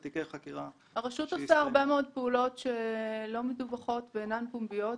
הרשות עושה הרבה מאוד פעולות שלא מדווחות ואינן פומביות.